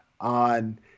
on